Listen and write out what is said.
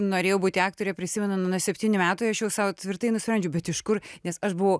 norėjau būti aktorė prisimenu nuo septynių metų aš jau sau tvirtai nusprendžiau bet iš kur nes aš buvau